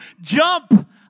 jump